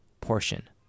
Portion